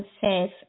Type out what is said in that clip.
says